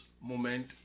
moment